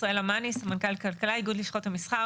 ישראלה מני, סמנכ"ל כלכלה, איגוד לשכות המסחר.